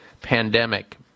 pandemic